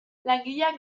langileak